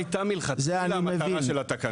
זאת הייתה מלכתחילה המטרה של התקנות.